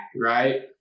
right